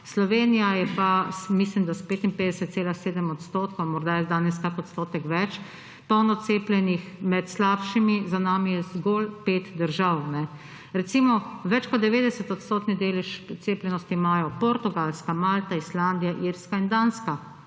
Slovenija je pa, mislim, da s 55,7 odstotka, morda je danes kakšen odstotek več, polno cepljenih med slabšimi. Za nami je zgolj pet držav. Recimo, več kot 90-odstotni delež precepljenost imajo Portugalska, Malta, Islandija, Irska in Danska.